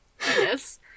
Yes